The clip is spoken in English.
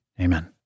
Amen